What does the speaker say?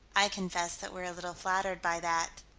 i confess that we're a little flattered by that.